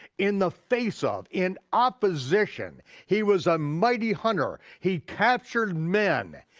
in the face of, in opposition. he was a mighty hunter, he captured men.